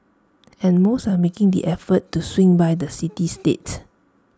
and most are still making the effort to swing by the city state